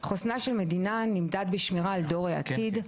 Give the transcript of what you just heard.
חוסנה של מדינה נמדד בשמירה על דור העתיד,